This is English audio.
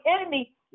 enemy